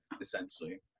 essentially